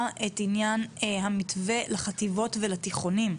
את עניין המתווה לחטיבות הביניים ולתיכונים.